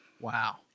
Wow